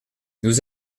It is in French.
nous